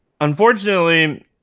unfortunately